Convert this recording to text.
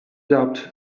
doubt